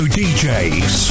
djs